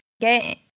get